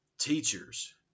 teachers